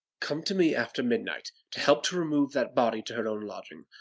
come to me after midnight, to help to remove that body to her own lodging.